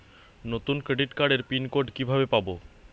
নতুন ক্রেডিট কার্ডের pin code কিভাবে পাব?